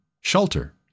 shelter